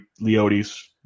Leotis